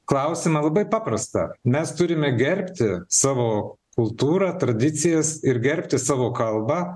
klausimą labai paprastą mes turime gerbti savo kultūrą tradicijas ir gerbti savo kalbą